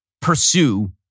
pursue